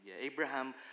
Abraham